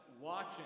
watching